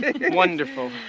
Wonderful